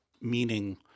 meaning